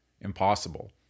impossible